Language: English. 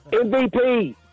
MVP